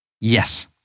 Yes